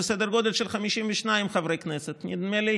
זה סדר גודל של 52 חברי כנסת, נדמה לי